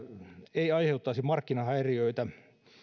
ei aiheuttaisi markkinahäiriöitä